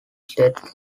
states